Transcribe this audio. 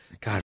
God